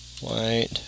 white